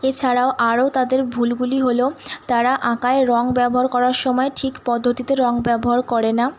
এছাড়াও আরও তাদের ভুলগুলি হলো তারা আঁকায় রঙ ব্যবহার করার সময় ঠিক পদ্ধতিতে রঙ ব্যবহার করে না